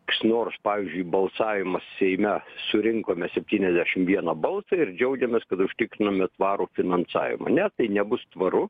kas nors pavyzdžiui balsavimas seime surinkome septyniasdešim vieną balsą ir džiaugiamės kad užtikrinome tvarų finansavimą ne tai nebus tvaru